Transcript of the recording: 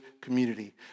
community